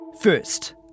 First